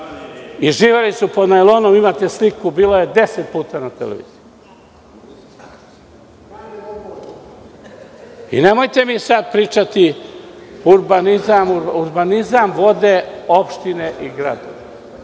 Živeli su pod najlonom. Imate sliku, bila je deset puta na televiziji. Nemojte mi sada pričati urbanizam, vode, opštine i gradovi.